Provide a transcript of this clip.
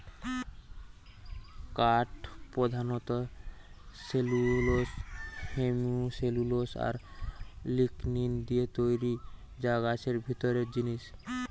কাঠ পোধানত cellulose, hemicellulose আর লিগনিন দিয়ে তৈরি যা গাছের ভিতরের জিনিস